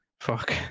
Fuck